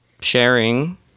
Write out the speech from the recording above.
sharing